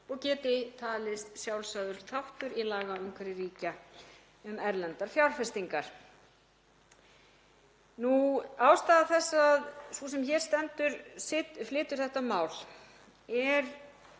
og geti talist sjálfsagður þáttur í lagaumhverfi ríkja um erlendar fjárfestingar. Ástæða þess að sú sem hér stendur flytur þetta mál er